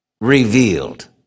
revealed